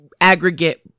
aggregate